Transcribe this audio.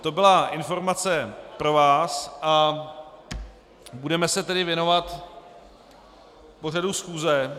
To byla informace pro vás a budeme se tedy věnovat pořadu schůze.